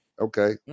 okay